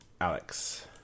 Alex